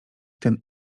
ten